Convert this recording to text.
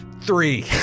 three